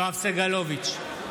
יואב סגלוביץ'